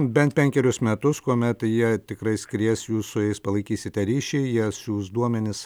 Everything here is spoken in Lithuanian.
bent penkerius metus kuomet jie tikrai skries jūs su jais palaikysite ryšį jie siųs duomenis